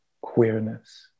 queerness